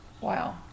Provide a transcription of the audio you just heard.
Wow